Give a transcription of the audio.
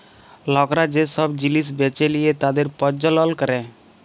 লকরা যে সব জিলিস বেঁচে লিয়ে তাদের প্রজ্বলল ক্যরে